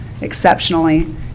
exceptionally